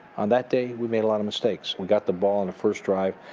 on that day, we made a lot of mistakes. we got the ball on the first drive.